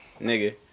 Nigga